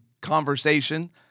conversation